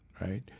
right